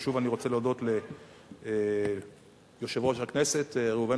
ושוב אני רוצה להודות ליושב-ראש הכנסת ראובן